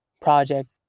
project